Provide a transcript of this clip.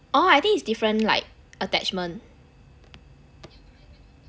orh I think is different like attachment